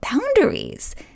boundaries